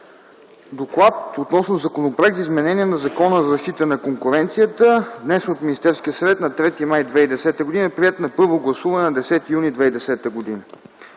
„Доклад относно Законопроект за изменение на Закона за защита на конкуренцията, № 002-01-32, внесен от Министерския съвет на 3 май 2010 г.; приет на първо гласуване на 10 юни 2010 г.”